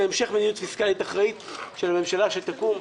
והמשך מדיניות פיסקלית אחראית של ממשלה שתקום,